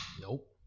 Nope